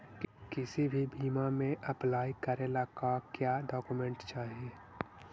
किसी भी बीमा में अप्लाई करे ला का क्या डॉक्यूमेंट चाही?